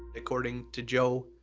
according to joe,